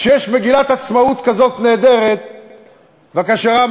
כשיש מגילת עצמאות כזאת נהדרת וכאשר העם